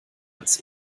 als